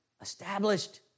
established